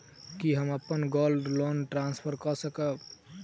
की हम अप्पन gold loan transfer करऽ सकबै?